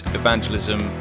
evangelism